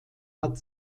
hat